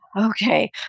Okay